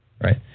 right